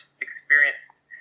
experienced